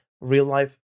real-life